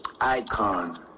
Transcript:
icon